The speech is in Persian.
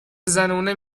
زنونه